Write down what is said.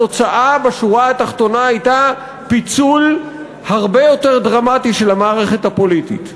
התוצאה בשורה התחתונה הייתה פיצול הרבה יותר דרמטי של המערכת הפוליטית.